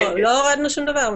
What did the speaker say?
לא הורדנו שום דבר.